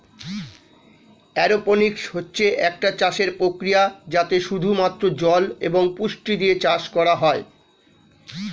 aeroponics হচ্ছে একটা চাষের প্রক্রিয়া যাতে শুধু মাত্র জল এবং পুষ্টি দিয়ে চাষ করা হয়